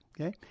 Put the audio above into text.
Okay